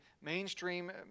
mainstream